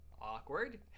Awkward